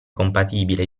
compatibile